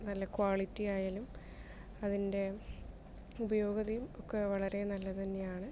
നല്ല ക്വാളിറ്റി ആയാലും അതിന്റെ ഉപയോഗതയും ഒക്കെ വളരെ നല്ല തന്നെയാണ്